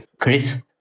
Chris